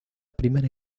primera